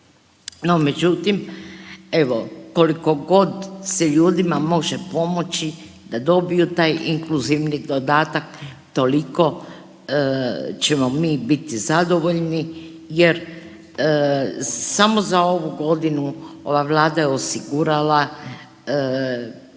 No međutim evo kolikogod se ljudima može pomoći da dobiju taj inkluzivni dodatak toliko ćemo mi biti zadovoljni jer samo za ovu godinu ova Vlada je osigurala